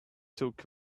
talk